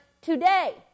today